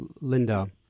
Linda